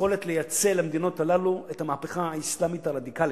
יכולת לייצא למדינות הללו את המהפכה האסלאמית הרדיקלית,